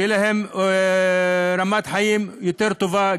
שתהיה להן רמת חיים יותר טובה,